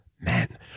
men